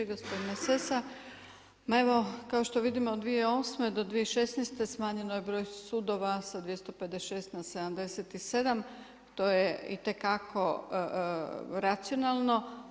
Gospodine Sessa, ma evo kao što vidimo od 2008. do 2016. smanjen je broj sudova sa 256 n 77, to je itekako racionalno.